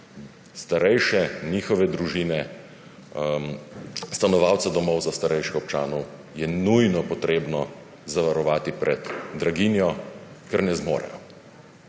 Starejše, njihove družine, stanovalce domov za starejše občane je nujno treba zavarovati pred draginjo, ker ne zmorejo.